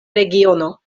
regiono